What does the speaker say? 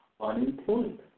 unemployment